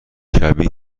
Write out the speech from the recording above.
شبیه